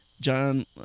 John